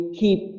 keep